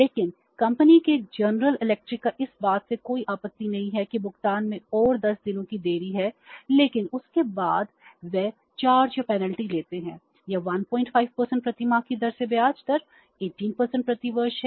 लेकिन कंपनी के General Electric को इस बात से कोई आपत्ति नहीं है कि भुगतान में और 10 दिनों की देरी है लेकिन इसके बाद वे चार्ज या पेनल्टी लेते हैं या 15 प्रति माह की दर से ब्याज दर 18 प्रति वर्ष है